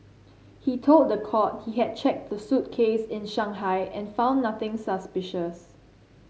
he told the court he had checked the suitcase in Shanghai and found nothing suspicious